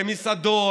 במסעדות,